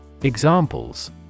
Examples